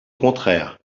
contraire